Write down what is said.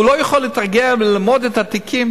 הוא לא יכול לתרגל וללמוד את התיקים.